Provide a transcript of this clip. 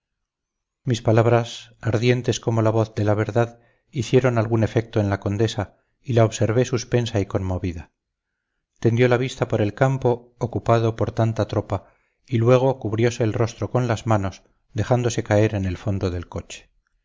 mis palabras ardientes como la voz de la verdad hicieron algún efecto en la condesa y la observé suspensa y conmovida tendió la vista por el campo ocupado por tanta tropa y luego cubriose el rostro con las manos dejándose caer en el fondo del coche